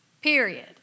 period